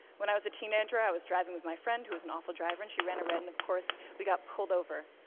when i was a teenager, i was driving with my friend who was an awful driver and she ran a red and of course, we got pulled over,